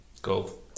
Gold